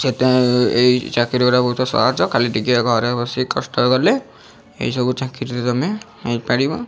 ସେତ ଏଇ ଚାକିରୀ ଗୁରା ବହୁତ ସହଜ ଖାଲି ଟିକେ ଘରେ ବସିକି କଷ୍ଟ କଲେ ଏଇସବୁ ଚାକିରୀରେ ତମେ ହେଇପାରିବ